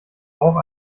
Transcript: auch